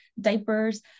diapers